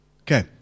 Okay